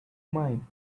mine